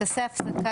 תודה רבה לכולם.